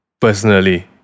Personally